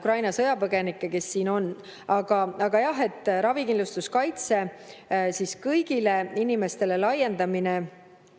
Ukraina sõjapõgenikke, kes siin on. Aga jah, ravikindlustuskaitse kõigile inimestele laiendamine